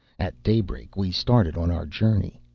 at daybreak we started on our journey.